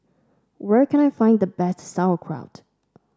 where can I find the best Sauerkraut